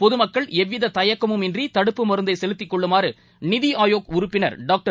பொதுமக்கள் எவ்விததயக்கமும் இன்றிதடுப்புப் மருந்தைசெலுத்திக்கொள்ளுமாறு நிதிஆயோக் உறுப்பினர் டாக்டர்